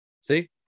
See